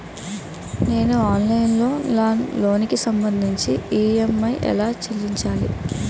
నేను ఆన్లైన్ లో నా లోన్ కి సంభందించి ఈ.ఎం.ఐ ఎలా చెల్లించాలి?